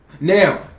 Now